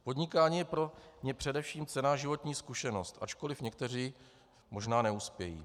Podnikání je pro ně především cenná životní zkušenost, ačkoliv někteří možná neuspějí.